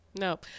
No